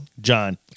John